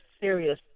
serious